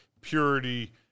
purity